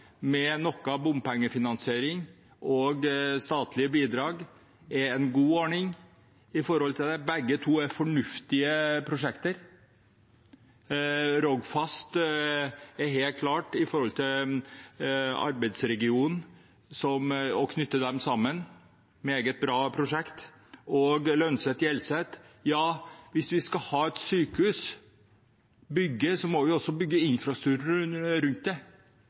med noe bompengefinansiering og statlige bidrag, er en god ordning her. Begge to er fornuftige prosjekter, Rogfast helt klart med tanke på arbeidsregionene, som knytter dem sammen – et meget bra prosjekt – og Lønset–Hjelset: Hvis vi skal bygge sykehus, må vi også bygge infrastruktur rundt det, så det er klart at da må vi bygge veien. Det blir en stor arbeidsplass, og det